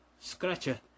Scratcher